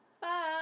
Bye